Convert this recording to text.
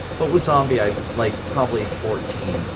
but wasabi, i'd like probably fourteen